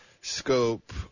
scope